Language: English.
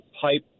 pipe